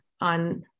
on